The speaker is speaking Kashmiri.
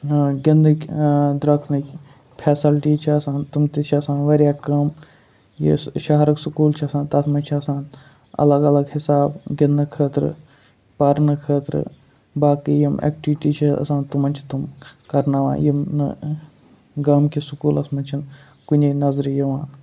گِنٛدنٕکۍ درٛۄکنٕکۍ فیسَلٹی چھِ آسان تِم تہِ چھِ آسان واریاہ کم یُس شَہرُک سکول چھُ آسان تَتھ مَنٛز چھِ آسان اَلَگ اَلَگ حِساب گِنٛدنہٕ خٲطرٕ پَرنہٕ خٲطرٕ باقٕے یِم ایٚکٹِوِٹیٖز چھِ آسان تُمَن چھِ تِم کَرناوان یِم نہٕ گامکِس سکولَس مَنٛز چھِنہٕ کُنے نَظرِ یِوان